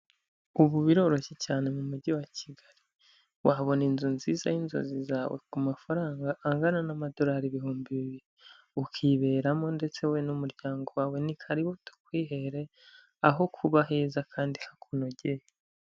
Ubu biroroshye cyane mu mugi wa Kigali wabona inzu nziza y'inzozi zawe ku mafaranga angana n'amadolari ibihumbi bibiri, ukiberamo ndetse wowe n'umuryango wawe, ni karibu tukwihere aho kuba heza kandi hakunogeye.